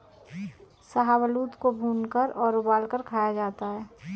शाहबलूत को भूनकर और उबालकर खाया जाता है